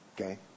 Okay